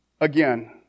Again